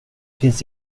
finns